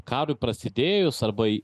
karui prasidėjus arba į